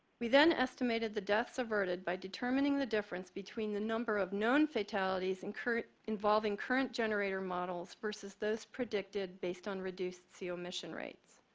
we then estimated the deaths averted by determining the difference between the number of known fatalities in current involving current generator models versus those predicted based on reduced co emission rates.